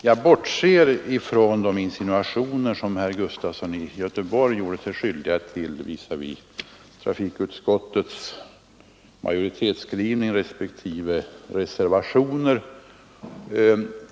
Jag bortser från de insinuationer som herr Sven Gustafson i Göteborg gjorde sig skyldig till visavi majoritetens skrivning respektive reservationerna.